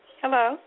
Hello